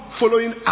following